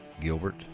Gilbert